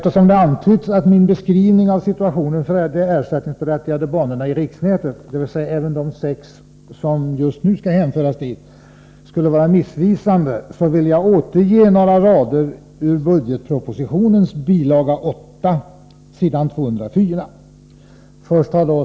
Nå, jag har redovisat fakta i saken, och det kan räcka med detta.